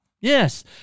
Yes